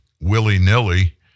willy-nilly